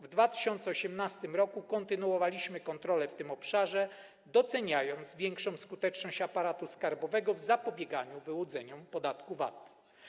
W 2018 r. kontynuowaliśmy kontrole w tym obszarze, doceniając większą skuteczność aparatu skarbowego w zapobieganiu wyłudzeniom podatku VAT.